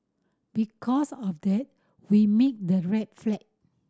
because of that we made the rate flat